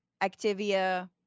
activia